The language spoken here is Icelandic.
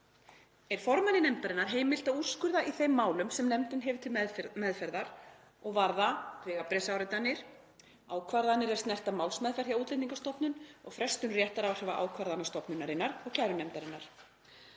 er formanni nefndarinnar heimilt að úrskurða í þeim málum sem nefndin hefur til meðferðar og varða vegabréfsáritanir, ákvarðanir er snerta málsmeðferð hjá Útlendingastofnun og frestun réttaráhrifa ákvarðana stofnunarinnar og kærunefndarinnar.